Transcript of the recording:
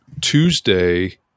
Tuesday